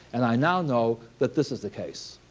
and i now know that this is the case.